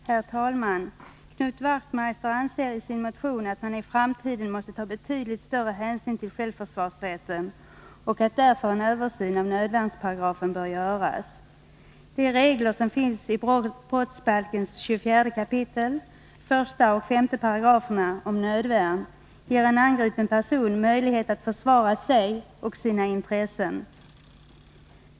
Herr talman! Knut Wachtmeister anser i sin motion att man i framtiden måste ta betydligt större hänsyn till självförsvarsrätten och att en översyn av nödvärnsparagrafen därför bör göras. De regler som finns i brottsbalken 24 kap. 1 och 5 §§ om nödvärn ger en angripen person möjlighet att försvara sig och sina intressen.